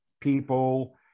people